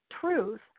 truth